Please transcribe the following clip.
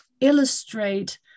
illustrate